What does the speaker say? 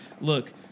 look